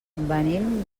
venim